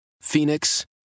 Phoenix